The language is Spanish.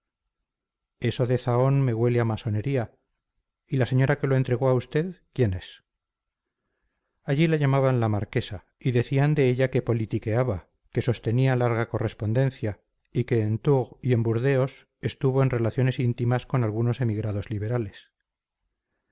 de zahón me huele a masonería y la señora que lo entregó a usted quién es allí la llamaban la marquesa y decían de ella que politiqueaba que sostenía larga correspondencia y que en tours y en burdeos estuvo en relaciones íntimas con algunos emigrados liberales